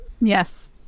yes